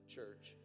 Church